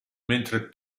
mentre